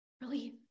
relief